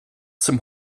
zum